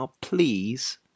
please